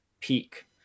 peak